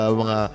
mga